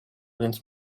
więc